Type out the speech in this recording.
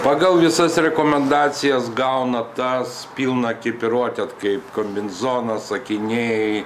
pagal visas rekomendacijas gauna tas pilną ekipiruotę kaip kombinzonas akiniai